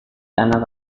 anak